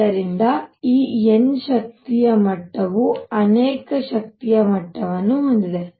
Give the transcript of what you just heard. ಆದ್ದರಿಂದ ಈ n ಶಕ್ತಿಯ ಮಟ್ಟವು ಅನೇಕ ಶಕ್ತಿಯ ಮಟ್ಟವನ್ನು ಹೊಂದಿದೆ